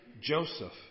Joseph